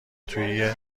توی